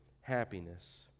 happiness